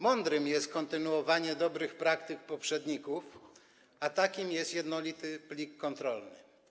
Mądre jest kontynuowanie dobrych praktyk poprzedników, a taką jest jednolity plik kontrolny.